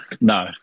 no